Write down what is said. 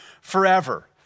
forever